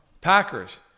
Packers